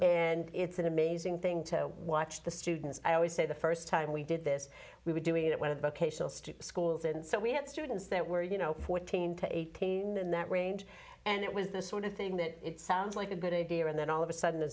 and it's an amazing thing to watch the students i always say the first time we did this we were doing it at one of vocational strip schools and so we had students that were you know fourteen to eighteen in that range and it was the sort of thing that sounds like a good idea and then all of a sudden